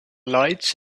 lights